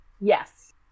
Yes